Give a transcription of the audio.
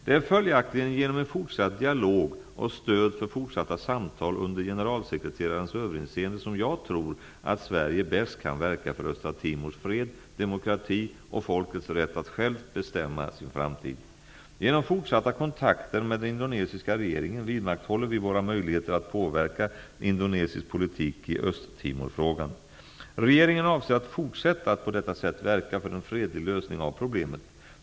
Det är följaktligen genom en fortsatt dialog och stöd för fortsatta samtal under generalsekreterarens överinseende som jag tror att Sverige bäst kan verka för Östra Timors fred, demokrati och folkets rätt att självt bestämma sin framtid. Genom fortsatta kontakter med den indonesiska regeringen, vidmakthåller vi våra möjligheter att påverka indonesisk politik i Östtimor-frågan. Regeringen avser att fortsätta att på detta sätt verka för en fredlig lösning av problemet.